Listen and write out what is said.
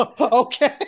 okay